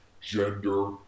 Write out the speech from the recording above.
gender